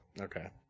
Okay